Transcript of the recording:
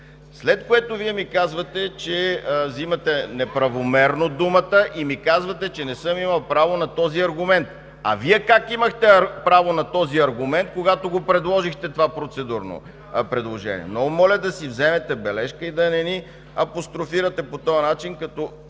След това Вие взимате неправомерно думата и ми казвате, че не съм имал право на този аргумент. А Вие как имахте право на този аргумент, когато го предложихте това процедурно предложение? (Шум и реплики от ГЕРБ.) Много моля да си вземете бележка и да не ни апострофирате по този начин като